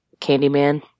Candyman